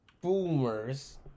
boomers